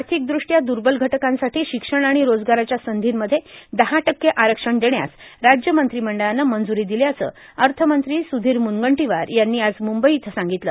आर्थिकद्रष्ट्या दुर्बल घटकांसाठी शिक्षण आणि रोजगाराच्या संधीमध्ये दहा टक्के आरक्षण देण्यास राज्य मंत्रिमंडानं मंजूरी दिल्याचं अर्थमंत्री सुधीर मुनगंटीवार यांनी आज मुंबई इथं सांगितलं